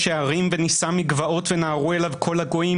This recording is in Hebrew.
ההרים ונישא מגבעות ונהרו אליו כל הגויים",